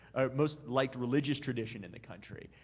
or most like religious tradition in the country.